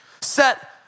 set